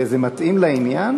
זה מתאים לעניין?